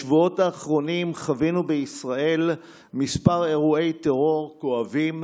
בשבועות האחרונים חווינו בישראל כמה אירועי טרור כואבים,